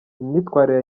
imyitwarire